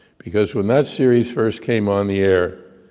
because when that series first came on the air,